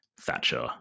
Thatcher